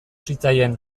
zitzaien